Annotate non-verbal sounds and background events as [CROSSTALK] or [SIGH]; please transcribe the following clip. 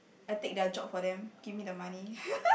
I take their job for them give me their money [LAUGHS]